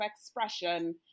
expression